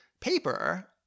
paper